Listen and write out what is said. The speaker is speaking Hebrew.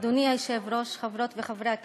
אדוני היושב-ראש, חברות וחברי הכנסת,